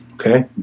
Okay